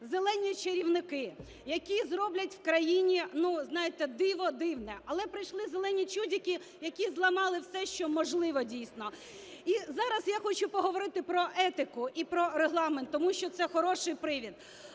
"зелені" чарівники, які зроблять в країні, знаєте, диво дивне. Але прийшли "зелені" чудики, які зламали все, що можливо дійсно. І зараз я хочу поговорити про етику, і про Регламент, тому що це хороший привід.